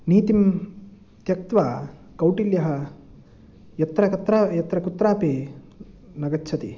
नीतिं त्यक्त्वा कौटिल्यः यत्र कत्राप् यत्र कुत्रापि न गच्छति